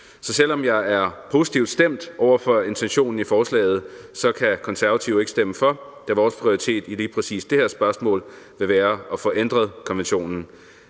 Så selv om jeg er positivt stemt over for intentionen i forslaget, kan Konservative ikke stemme for, da vores prioritet i lige præcis det her spørgsmål vil være at få ændret konventionen.